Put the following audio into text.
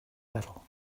battle